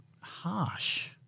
harsh